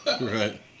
Right